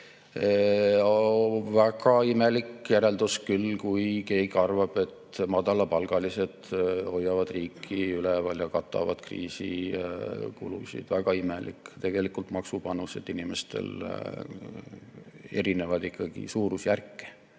Väga imelik järeldus küll, kui keegi arvab, et madalapalgalised hoiavad riiki üleval ja katavad kriisikulusid. Väga imelik! Tegelikult inimeste maksupanused erinevad ikkagi suurusjärkude